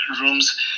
rooms